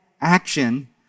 action